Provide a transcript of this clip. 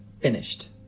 finished